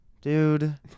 dude